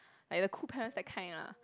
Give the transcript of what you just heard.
like the cool parents that kind lah